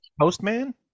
postman